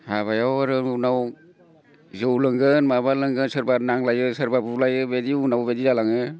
हाबायाव आरो उनाव जौ लोंगोन माबा लोंगोन सोरबा नांलायो सोरबा बुलायो बिदि उनाव बिदि जालाङो